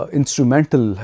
instrumental